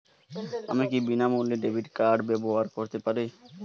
আমি কি বিনামূল্যে ডেবিট কার্ড ব্যাবহার করতে পারি?